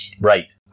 Right